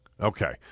okay